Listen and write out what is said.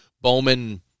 Bowman